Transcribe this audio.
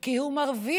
כי הוא מרוויח